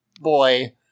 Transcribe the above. boy